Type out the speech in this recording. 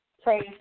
Praise